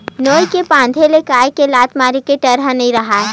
नोई के बांधे ले गाय के लटारा मारे के डर ह नइ राहय